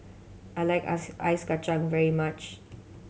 I like ice Ice Kachang very much